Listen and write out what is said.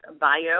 bio